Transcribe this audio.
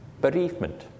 Bereavement